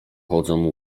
chodzą